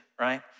right